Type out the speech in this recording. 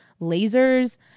lasers